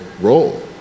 role